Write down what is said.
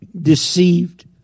deceived